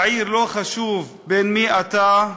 בעיר לא חשוב בן מי אתה,